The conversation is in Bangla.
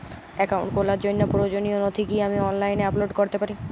অ্যাকাউন্ট খোলার জন্য প্রয়োজনীয় নথি কি আমি অনলাইনে আপলোড করতে পারি?